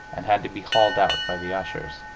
and had to be hauled out by the ushers.